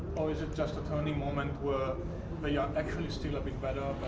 or is it just a turning moment where they are actually still a bit better